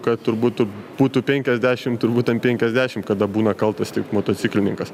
kad turbūt būtų penkiasdešim turbūt ant penkiasdešim kada būna kaltas tik motociklininkas